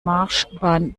marschbahn